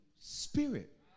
Spirit